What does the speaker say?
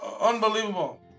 Unbelievable